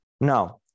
Now